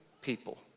people